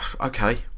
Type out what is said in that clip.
okay